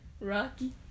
Rocky